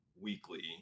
weekly